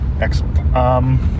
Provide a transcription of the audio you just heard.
Excellent